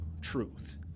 truth